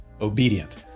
obedient